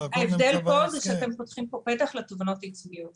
ההבדל פה הוא שאתם פותחים פה פתח לתובענות ייצוגיות.